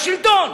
בשלטון.